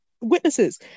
witnesses